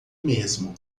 mesmo